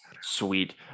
sweet